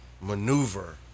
maneuver